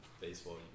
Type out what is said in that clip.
Baseball